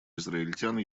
израильтян